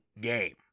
game